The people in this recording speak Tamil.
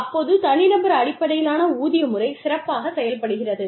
அப்போது தனிநபர் அடிப்படையிலான ஊதிய முறை சிறப்பாகச் செயல்படுகிறது